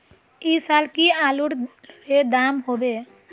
ऐ साल की आलूर र दाम होबे?